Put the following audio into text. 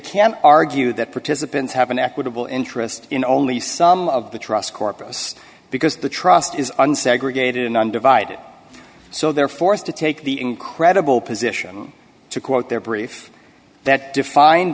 can argue that participants have an equitable interest in only some of the trust corpus because the trust is un segregated and undivided so they're forced to take the incredible position to quote their brief that define